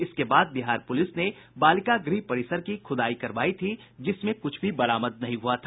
इसके बाद बिहार प्रलिस ने बालिका गृह परिसर की भी खुदाई करवायी थी जिसमें कुछ भी बरामद नहीं हुआ था